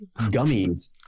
Gummies